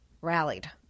rallied